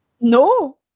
No